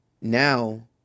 now